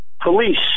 police